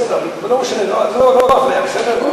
בסדר, לא משנה, לא אפליה, בסדר?